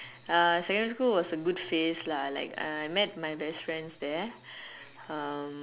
uh secondary school was a good phase lah like I met my best friend there uh